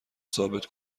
ثابت